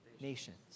nations